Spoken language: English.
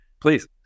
Please